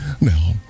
Now